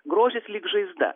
grožis lyg žaizda